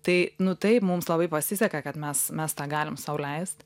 tai nu taip mums labai pasisekė kad mes mes tą galim sau leist